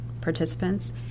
participants